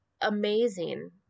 amazing